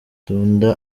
tunda